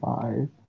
five